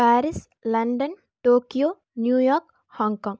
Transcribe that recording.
Paris London Tokyo New York Hong Kong